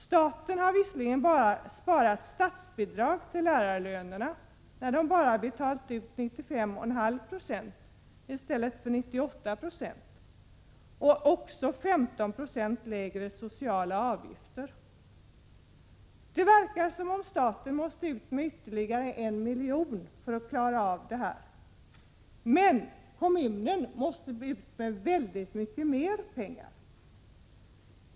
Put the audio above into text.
Staten har visserligen bara sparat på bidrag till lärarlönerna, eftersom man bara betalat ut 95,5 96 i stället för 98 26, och man har också haft 15 22 lägre sociala avgifter. Det verkar som om staten måste ut med ytterligare 1 miljon för att klara en normal bidragsnivå. Men kommunen måste ut med väldigt mycket mer pengar.